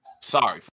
sorry